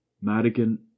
Madigan